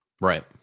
Right